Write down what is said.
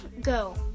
go